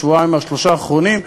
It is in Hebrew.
בשבועיים-שלושה האחרונים,